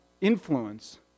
influence